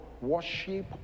worship